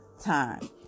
time